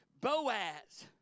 Boaz